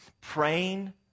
praying